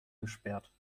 gesperrt